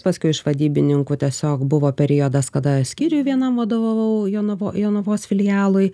paskui iš vadybininkų tiesiog buvo periodas kada skyriuj vienam vadovavau jonavo jonavos filialui